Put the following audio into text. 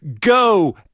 Go